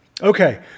okay